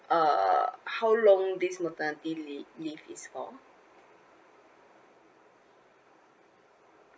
uh how long this maternity leave leave is form